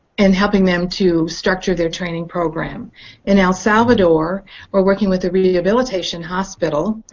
and helping them to structure their training program in el salvador we're working with the rehabilitation hospital